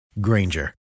Granger